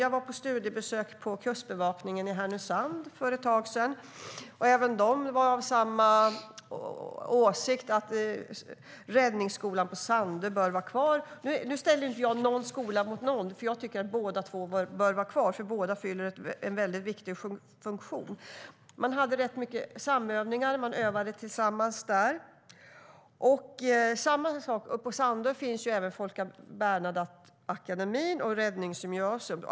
Jag var på studiebesök på kustbevakningen i Härnösand för ett tag sedan. De var av samma åsikt och menade att räddningsskolan på Sandö bör vara kvar eftersom de har mycket samövningar på Sandö. Nu ställer jag inte skolorna mot varandra. Jag tycker att båda bör vara kvar eftersom de båda fyller en viktig funktion. På Sandö finns även Folke Bernadotteakademin och räddningsgymnasium.